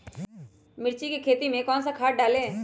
मिर्च की खेती में कौन सा खाद डालें?